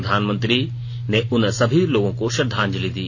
प्रधानमंत्री ने उन सभी लोगों को श्रद्धांजलि दी